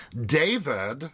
David